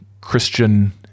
Christian